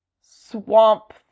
Swamp